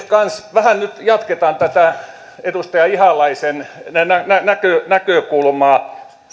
vähän nyt jatketaan tätä edustaja ihalaisen näkökulmaa